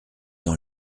dans